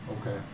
Okay